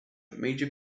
major